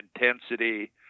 intensity